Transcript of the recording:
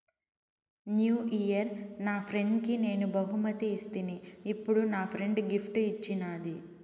new year నా ఫ్రెండ్కి నేను బహుమతి ఇస్తిని, ఇప్పుడు నా ఫ్రెండ్ గిఫ్ట్ ఇచ్చిన్నాది